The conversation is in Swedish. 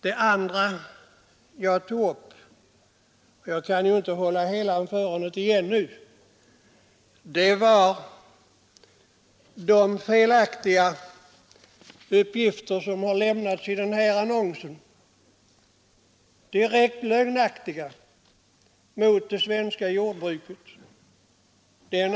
Det andra jag tog upp — och jag kan ju inte hålla hela anförandet igen — var de felaktiga uppgifter som har lämnats i den annons jag talade om. De är direkt lögnaktiga mot det svenska jordbruket.